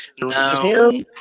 No